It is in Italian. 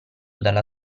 dalla